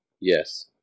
Yes